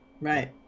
Right